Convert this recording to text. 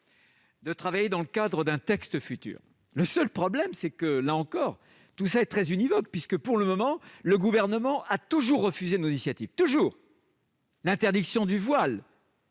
de travailler à un texte futur. Le seul problème est que, là encore, tout cela est très univoque, puisque, pour le moment, le Gouvernement a toujours refusé nos initiatives- toujours !-: interdiction du voile